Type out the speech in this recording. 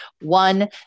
one